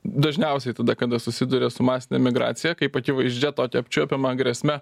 dažniausiai tada kada susiduria su masine migracija kaip akivaizdžia tokia apčiuopiama grėsme